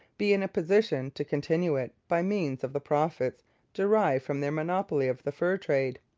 be in a position to continue it by means of the profits derived from their monopoly of the fur trade.